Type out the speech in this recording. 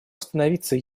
остановиться